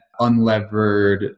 unlevered